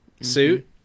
suit